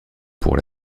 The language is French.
pour